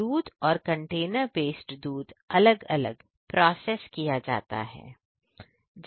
दूध और container based दूध अलग अलग प्रोसेस किया जाता है